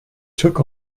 took